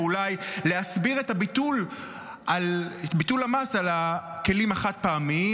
או אולי להסביר את ביטול המס על הכלים החד-פעמיים,